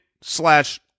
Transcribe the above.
slash